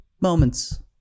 moments